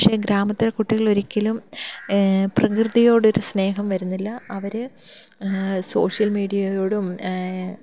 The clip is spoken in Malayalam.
പക്ഷെ ഗ്രാമത്തില കുട്ടികൾ ഒരിക്കലും പ്രകൃതിയോട് ഒരു സ്നേഹം വരുന്നില്ല അവർ സോഷ്യൽ മീഡിയയോടും